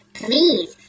please